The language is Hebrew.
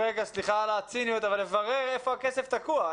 סליחה על הציניות לברר איפה הכסף תקוע.